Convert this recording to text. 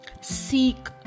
Seek